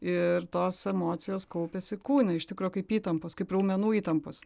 ir tos emocijos kaupiasi kūne iš tikro kaip įtampos kaip raumenų įtampos